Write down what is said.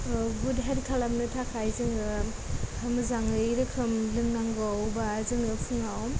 गुद health खालामनो थाखाय जोङो मोजाङै रोखोम लोंनांगौ बा जोङो फुङाव